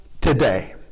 today